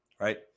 Right